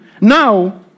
Now